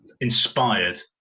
inspired